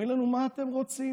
אומרים לנו: מה אתם רוצים?